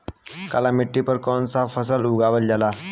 काली मिट्टी पर कौन सा फ़सल उगावल जाला?